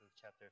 chapter